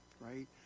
Right